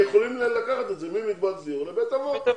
יכולים לקחת את זה ממקבץ דיור לבית אבות.